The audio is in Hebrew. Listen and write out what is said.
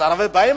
אז באים,